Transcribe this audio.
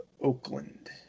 Oakland